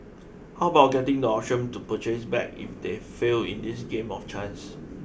how about getting the option to purchase back if they fail in this game of chance